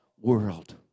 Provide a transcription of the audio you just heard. world